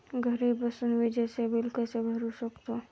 घरी बसून विजेचे बिल कसे भरू शकतो?